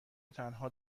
وتنها